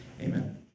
Amen